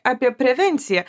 apie prevenciją